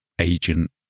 agent